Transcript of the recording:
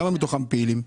כמה מתוכם פעילים?